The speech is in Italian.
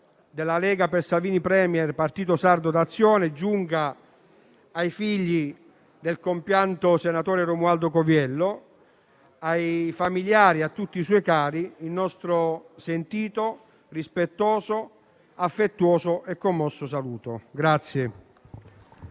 del Gruppo Lega-Salvini Premier-Partito Sardo d'Azione, giunga ai figli del compianto senatore Romualdo Coviello, ai familiari e a tutti i suoi cari, il nostro sentito, rispettoso, affettuoso e commosso saluto.